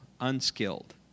unskilled